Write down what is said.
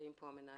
נמצאים פה מנהליו,